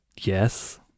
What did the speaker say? yes